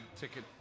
ticket